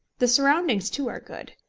the surroundings too are good.